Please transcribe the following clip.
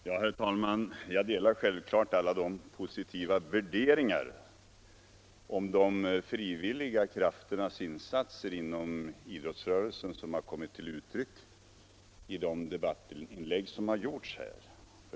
Herr talman! Jag delar självfallet alla de positiva värderingar om de frivilliga krafternas insatser inom idrottsrörelsen som kommit till uttryck i de debattinlägg som gjorts här.